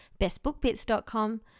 bestbookbits.com